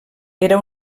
era